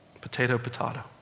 potato-potato